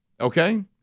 Okay